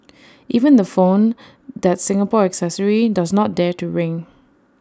even the phone that Singapore accessory does not dare to ring